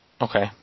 Okay